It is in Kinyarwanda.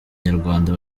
nyarwanda